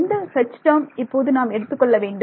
எந்த டேர்ம் இப்போது நாம் எடுத்துக் கொள்ள வேண்டும்